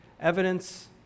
evidence